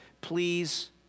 Please